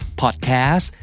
podcast